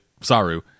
Saru